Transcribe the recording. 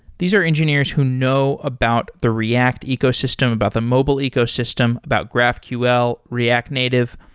these are engineers who know about the react ecosystem, about the mobile ecosystem, about graphql, react native.